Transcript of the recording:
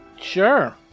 Sure